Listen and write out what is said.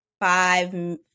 five